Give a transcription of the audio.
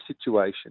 situation